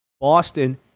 Boston